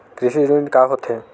कृषि ऋण का होथे?